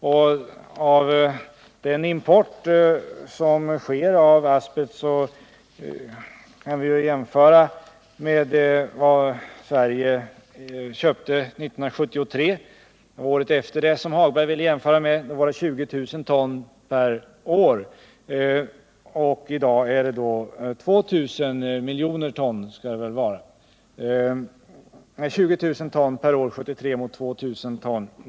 Beträffande importen av asbest så köpte Sverige 1973, dvs. bara ett år efter 1972 som herr Hagberg ville jämföra med, 20 000 ton per år mot nuvarande 2 000 ton.